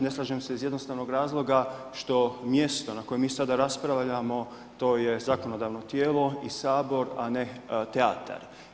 Ne slažem se iz jednostavnog razloga što mjesto na kojem mi sada raspravljamo to je zakonodavno tijelo i Sabor, a ne teatar.